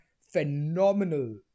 phenomenal